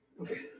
Okay